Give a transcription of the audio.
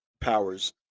powers